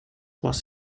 was